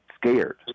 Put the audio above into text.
scared